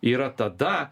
yra tada